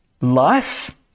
life